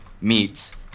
meets